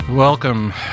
welcome